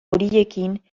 horiekin